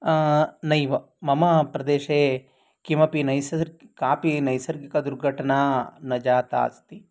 नैव मम प्रदेशे किमपि नैसर् कापि नैसर्गिकदुर्घटना न जाता अस्ति